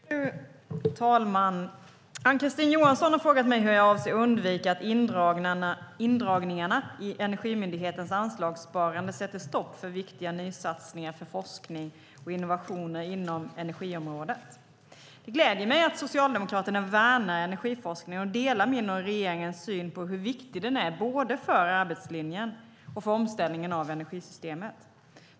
Fru talman! Ann-Kristine Johansson har frågat mig hur jag avser att undvika att indragningarna i Energimyndighetens anslagssparande sätter stopp för viktiga nysatsningar för forskning och innovationer inom energiområdet. Det gläder mig att Socialdemokraterna värnar energiforskningen och delar min och regeringens syn på hur viktig den är både för arbetslinjen och för omställningen av energisystemet.